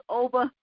over